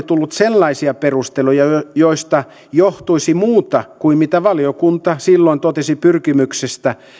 tullut sellaisia perusteluja joista johtuisi muuta kuin mitä valiokunta silloin totesi pyrkimyksestä